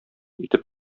итеп